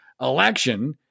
election